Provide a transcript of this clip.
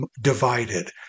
divided